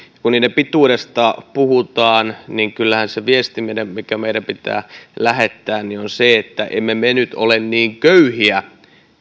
kun niiden pituudesta puhutaan niin kyllähän se viesti mikä meidän pitää lähettää on se että emme me nyt ole niin köyhiä